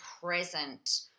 present